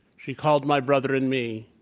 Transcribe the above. she called my brother and me,